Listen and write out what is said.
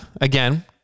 again